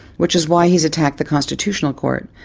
which is why he has attacked the constitutional court,